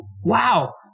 Wow